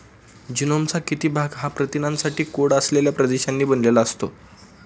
जीनोमचा किती भाग हा प्रथिनांसाठी कोड असलेल्या प्रदेशांनी बनलेला असतो?